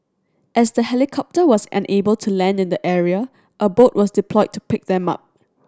as the helicopter was unable to land in the area a boat was deployed to pick them up